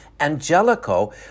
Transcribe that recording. Angelico